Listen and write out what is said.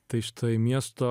tai štai miesto